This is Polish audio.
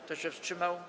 Kto się wstrzymał?